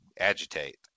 agitate